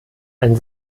ein